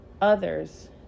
others